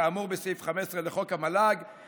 כאמור בסעיף 15 לחוק המל"ג,